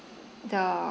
the